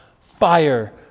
fire